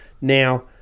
now